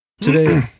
Today